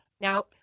Now